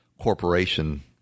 corporation